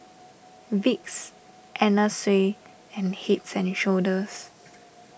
Vicks Anna Sui and Heads and Shoulders